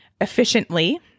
efficiently